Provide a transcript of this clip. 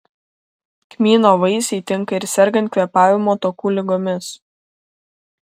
kmyno vaisiai tinka ir sergant kvėpavimo takų ligomis